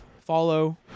Follow